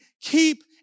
Keep